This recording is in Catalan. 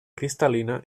cristal·lina